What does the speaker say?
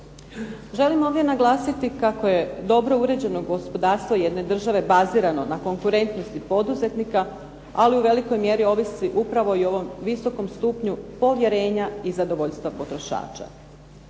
Želim ovdje naglasiti kako je dobro uređeno gospodarstvo jedne države bazirano na konkurentnosti poduzetnika, ali u velikoj mjeri ovisi upravo i o ovom visokom stupnju povjerenja i zadovoljstva potrošača.